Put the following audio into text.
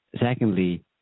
secondly